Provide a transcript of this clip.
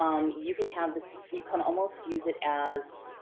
um you can have this, you can almost use it as,